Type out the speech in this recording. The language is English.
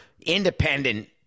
independent